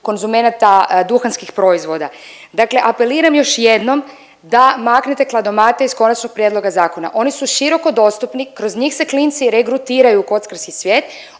konzumenata duhanskih proizvoda. Dakle, apeliram još jednom da maknete kladomate iz konačnog prijedloga zakona, oni su široko dostupni, kroz njih se klinci regrutiraju u kockarski svijet.